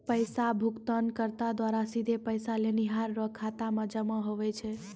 पैसा भुगतानकर्ता द्वारा सीधे पैसा लेनिहार रो खाता मे जमा हुवै छै